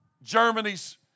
Germany's